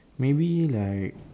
maybe like